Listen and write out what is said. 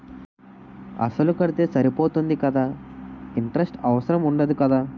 అసలు కడితే సరిపోతుంది కదా ఇంటరెస్ట్ అవసరం ఉండదు కదా?